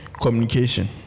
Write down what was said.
communication